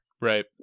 Right